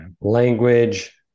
language